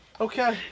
Okay